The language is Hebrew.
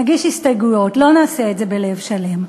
נגיש הסתייגויות, לא נעשה את זה בלב שלם.